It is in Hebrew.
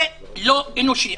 זה לא אנושי.